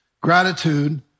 gratitude